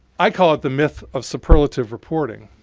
i call it the myth of superlative reporting.